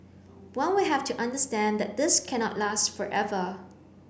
one will have to understand that this cannot last forever